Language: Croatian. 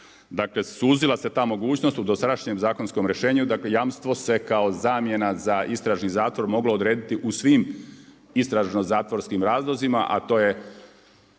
Dakle, suzila se ta mogućnost u dosadašnjem zakonskom rješenju, dakle jamstvo se kao zamjena za istražni zatvor moglo odrediti u svim istražno zatvorskim razlozima, a to je